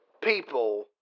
people